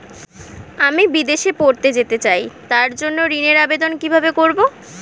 আমি বিদেশে পড়তে যেতে চাই তার জন্য ঋণের আবেদন কিভাবে করব?